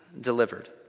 delivered